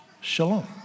Shalom